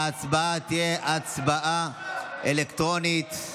ההצבעה תהיה הצבעה אלקטרונית.